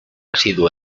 asiduo